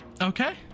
Okay